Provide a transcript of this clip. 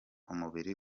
umubiri